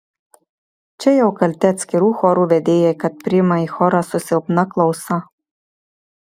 čia jau kalti atskirų chorų vedėjai kad priima į chorą su silpna klausa